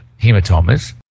hematomas